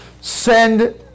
send